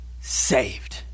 saved